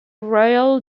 royal